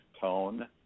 tone